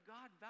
God